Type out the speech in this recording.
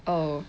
oh